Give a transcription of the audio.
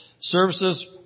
services